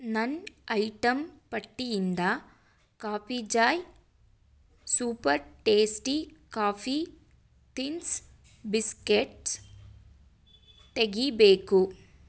ನನ್ನ ಐಟಮ್ ಪಟ್ಟಿಯಿಂದ Coffee Joy super tasty coffee thins biscuits ತೆಗಿಯಬೇಕು